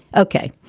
okay.